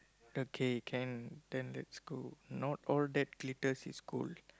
okay can then let's go not all that glitters is gold